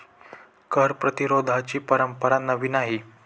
कर प्रतिरोधाची परंपरा नवी नाही